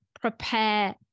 prepare